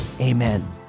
amen